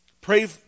Pray